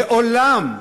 לעולם,